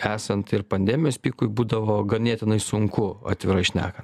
esant ir pandemijos pikui būdavo ganėtinai sunku atvirai šnekant